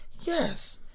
Yes